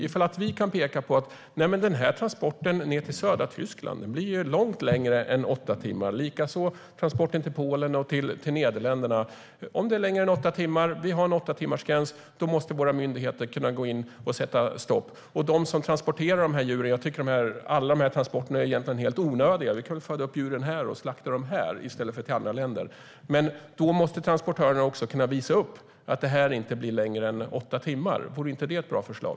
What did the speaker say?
Ifall vi kan peka på att exempelvis en transport ned till södra Tyskland, Polen eller Nederländerna blir långt mycket längre än åtta timmar måste våra myndigheter kunna gå in och sätta stopp eftersom vi har en åttatimmarsgräns. Jag tycker att alla de här transporterna egentligen är helt onödiga. Vi kan väl föda upp dem och slakta dem här i stället för att transportera dem till andra länder. Men ska transporterna göras måste transportörerna kunna visa upp att transporten inte blir längre än åtta timmar. Vore inte det ett bra förslag?